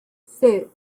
cero